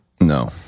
No